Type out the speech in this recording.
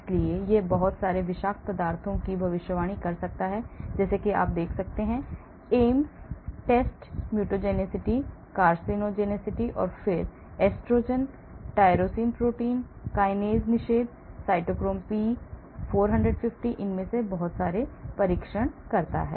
इसलिए यह बहुत सारे विषाक्त पदार्थों की भविष्यवाणी कर सकता है जैसा कि आप देख सकते हैं एम्स टेस्ट म्यूटाजेनिटी कार्सिनोजेनेसिटी फिर एस्ट्रोजेन टायरोसिन प्रोटीन काइनेज निषेध साइटोक्रोम पी 450 इनमें से बहुत से परीक्षण करता है